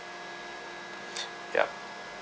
yup